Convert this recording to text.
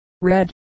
red